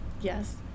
Yes